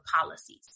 policies